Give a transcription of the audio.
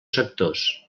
sectors